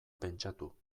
pentsatu